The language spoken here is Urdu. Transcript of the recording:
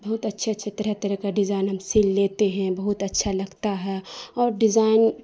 بہت اچھے اچھے طرح طرح کا ڈیزائن ہم سل لیتے ہیں بہت اچھا لگتا ہے اور ڈیزائن